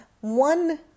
one